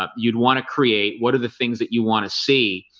ah you'd want to create? what are the things that you want to see?